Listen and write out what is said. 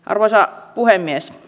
arvoisa puhemies